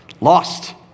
lost